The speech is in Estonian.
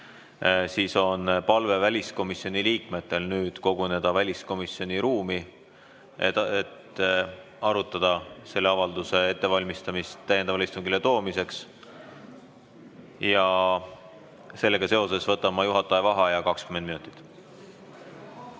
siis on palve väliskomisjoni liikmetel nüüd koguneda väliskomisjoni ruumi, et arutada selle avalduse ettevalmistamist täiendavale istungile toomiseks. Sellega seoses võtan ma juhataja vaheaja 20 minutit.